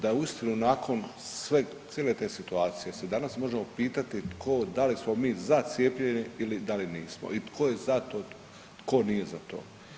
Da je uistinu nakon sveg, cijele te situacije danas možemo pitati tko, da li smo mi za cijepljenje ili da li nismo i tko je za to, tko nije za to.